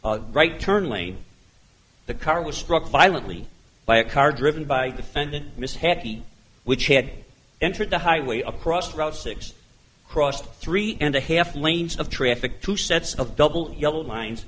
right turn lane the car was struck violently by a car driven by defendant miss heavy which had entered the highway across route six crossed three and a half lanes of traffic two sets of double yellow lines